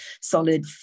solid